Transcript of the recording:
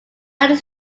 united